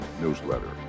newsletter